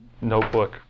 notebook